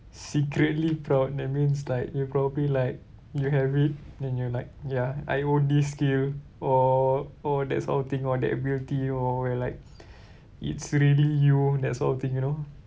secretly proud that means like you probably like you have it then you're like ya I own this skill or or that sort of thing or that ability or where like it's really you that sort of thing you know